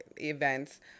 events